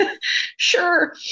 Sure